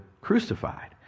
crucified